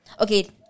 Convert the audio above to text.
okay